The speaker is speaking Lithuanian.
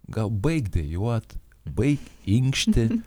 gal baik dejuot baik inkšti